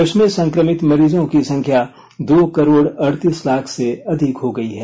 देश में सक्रमित मरीजों की संख्या दो करोड़ अड़तीस लाख से अधिक हो गई है